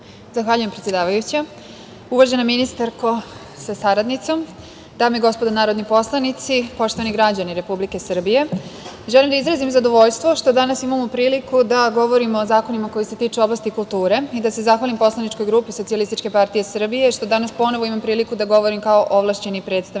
Zahvaljujem, predsedavajuća. Uvaženo ministarko sa saradnicom, dame i gospodo narodni poslanici, poštovani građani Republike Srbije, želim da izrazim zadovoljstvo što danas imamo priliku da govorimo o zakonima koji se tiču oblasti kulture i da se zahvalim poslaničkoj grupi SPS što danas ponovo imam priliku da govorim kao ovlašćeni predstavnik